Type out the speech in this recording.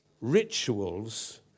rituals